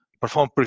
perform